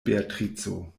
beatrico